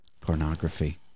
pornography